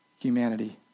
humanity